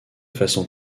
façon